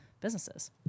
businesses